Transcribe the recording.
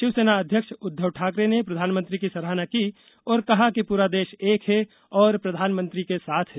शिवसेना अध्यक्ष उद्धव ठाकरे ने प्रधानमंत्री की सराहना की और कहा कि पूरा देश एक है और प्रधानमंत्री के साथ है